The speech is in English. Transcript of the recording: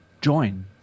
Join